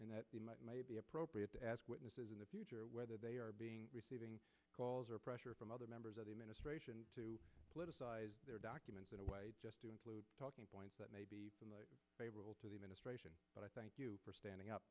that may be appropriate to ask witnesses in the future whether they are receiving calls or pressure from other members of the ministration to politicize their documents in a way just to include talking points that may be favorable to the ministrations but i thank you for standing up